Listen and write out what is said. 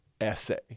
essay